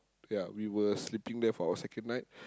ya we were sleeping there for our second night